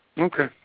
Okay